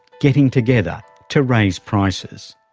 getting together to raise prices.